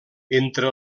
entre